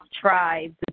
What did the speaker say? tribes